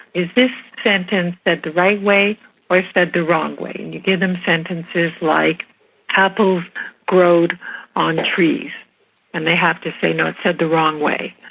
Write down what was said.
is this sentence said the right way or said the wrong way? and you give them sentences like apples growed on trees and they have to say no, it's said the wrong way.